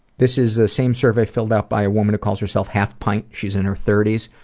this is the same survey filled out by a woman who calls herself half pint. she's in her thirty s.